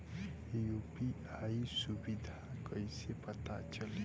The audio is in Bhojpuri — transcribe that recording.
यू.पी.आई सुबिधा कइसे पता चली?